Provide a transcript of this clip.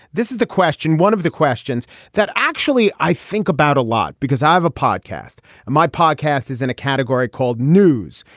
this is the question one of the questions that actually i think about a lot because i have a podcast and my podcast is in a category called news.